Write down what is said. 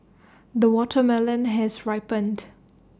the watermelon has ripened